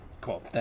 cool